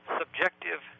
subjective